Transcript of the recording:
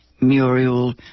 Muriel